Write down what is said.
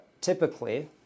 typically